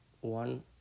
one